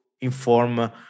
inform